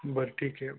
बरं ठीक आहे